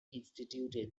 instituted